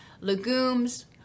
legumes